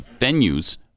venues